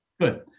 Good